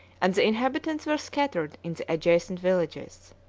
and the inhabitants were scattered in the adjacent villages.